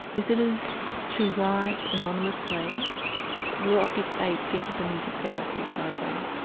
visitors, to write anonymously what did they think of the music therapy program.